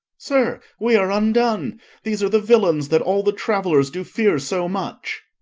sir, we are undone these are the villains that all the travellers do fear so much.